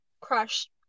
crush